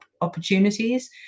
opportunities